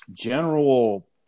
general